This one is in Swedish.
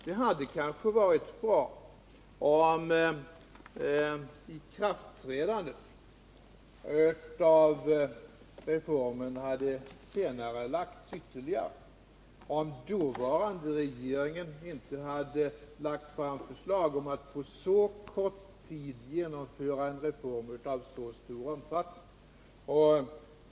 Det hade kanske varit bra om ikraftträdandet av reformen hade senarelagts ytterligare, om den dåvarande regeringen inte hade lagt fram förslag om att på så kort tid genomföra en reform av så stor omfattning.